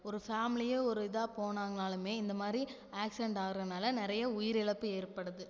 ஒரு ஃபேமிலியே ஒரு இதாக போனாங்கனாலும் இந்த மாதிரி ஆக்சிடென்ட் ஆகறதுனால நிறைய உயிர் இழப்பு ஏற்படுது